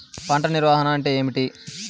పంట నిర్వాహణ అంటే ఏమిటి?